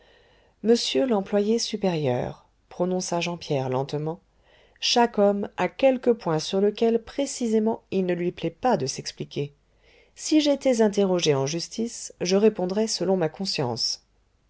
monsieur l'employé supérieur prononça jean pierre lentement chaque homme a quelque point sur lequel précisément il ne lui plaît pas de s'expliquer si j'étais interrogé en justice je répondrais selon ma conscience